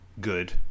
good